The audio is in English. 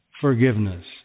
forgiveness